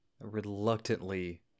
Reluctantly